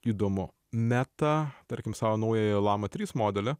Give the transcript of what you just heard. įdomu meta tarkim savo naujojo lama trys modelį